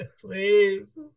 Please